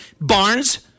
barnes